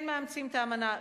כן מאמצים את האמנה,